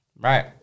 Right